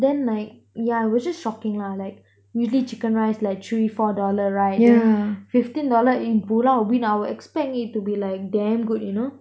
then like yeah which is shocking lah like really chicken rice like three four dollar right then fifteen dollar in pulau ubin I'll expect it to be like damn good you know